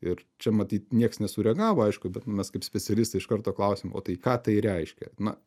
ir čia matyt nieks nesureagavo aišku bet mes kaip specialistai iš karto klausiam o tai ką tai reiškia na